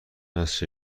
است